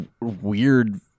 weird